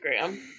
instagram